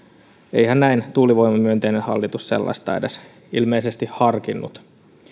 eihän näin tuulivoimamyönteinen hallitus sellaista ilmeisesti edes harkinnut